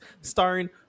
starring